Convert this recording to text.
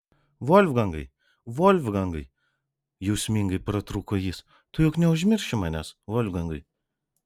volfgangai volfgangai jausmingai pratrūko jis tu juk neužmirši manęs volfgangai